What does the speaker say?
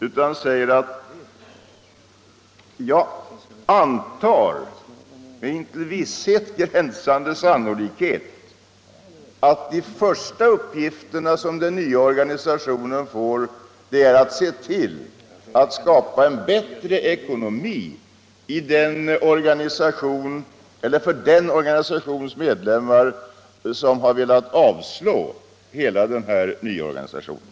Jag antar i stället att de första uppgifterna som den nya organisationen får med en till visshet gränsande sannolikhet är att se till att skapa bättre ekonomi för den organisations medlemmar som velat avslå hela den här nyorganisationen.